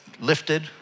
lifted